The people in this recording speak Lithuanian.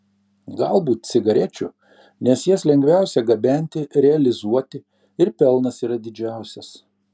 galbūt cigarečių nes jas lengviausia gabenti realizuoti ir pelnas yra didžiausias